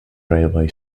railway